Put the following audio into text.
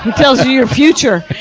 tells you your future.